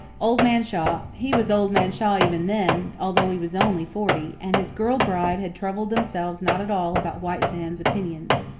old man shaw he was old man shaw even then, although he was only forty and his girl bride had troubled themselves not at all about white sands opinions.